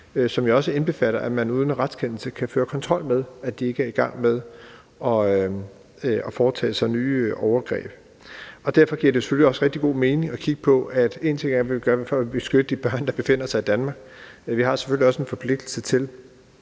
som jo også indbefattede, at man uden retskendelse kan føre kontrol med, at de ikke er i gang med at foretage nye overgreb. Derfor giver det selvfølgelig også rigtig god mening at kigge på, hvad vi gør for at beskytte de børn, der befinder sig i Danmark; men vi har selvfølgelig også en forpligtelse til